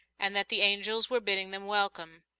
and that the angels were bidding them welcome.